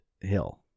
Hill